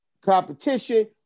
competition